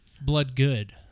Bloodgood